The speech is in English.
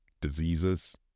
diseases